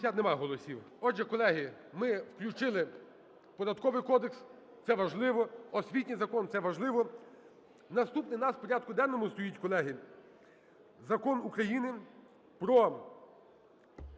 Отже, колеги, ми включили Податковий кодекс, це важливо, освітній закон, це важливо. Наступний у нас в порядку денному стоїть, колеги, Закон "Про